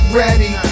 ready